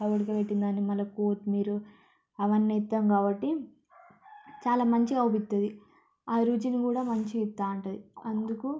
ఉడకబెట్టిన దాన్ని మళ్ళా కొత్తిమీర అవన్నీ వేస్తాం కాబట్టి చాలా మంచిగా అవుపిత్తాది ఆ రుచిని కూడా మంచిగిత్తాంటది అందుకు